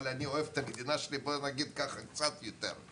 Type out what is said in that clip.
אבל אני אוהב את המדינה שלי קצת יותר,